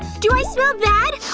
do i smell bad?